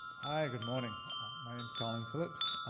good morning, my name is colin phillips.